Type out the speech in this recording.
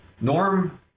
norm